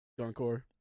Dunkor